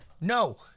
no